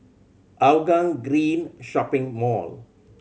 Hougang Green Shopping Mall